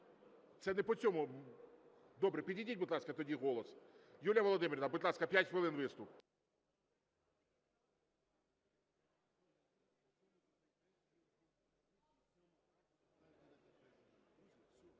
це не по цьому… Добре. Підійдіть, будь ласка, тоді "Голос". Юлія Володимирівна, будь ласка, 5 хвилин виступ.